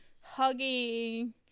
hugging